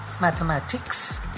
mathematics